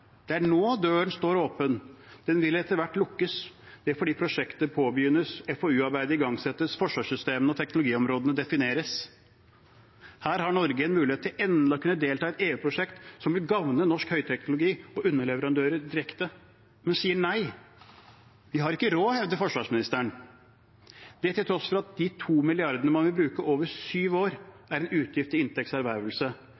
Det er nå døren står åpen. Den vil etter hvert lukkes. Det er fordi prosjektet påbegynnes, FoU-arbeidet igangsettes og forsvarssystemene og teknologiområdene defineres. Her har Norge en mulighet til endelig å kunne delta i et EU-prosjekt som vil gagne norsk høyteknologi og underleverandører direkte. Hun sier nei. Vi har ikke råd, hevder forsvarsministeren, til tross for at de to milliardene man vil bruke over syv